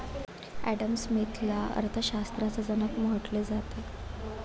Adam स्मिथला अर्थ शास्त्राचा जनक म्हटले जाते